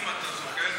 אם אתה זוכר,